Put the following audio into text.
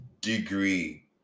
degree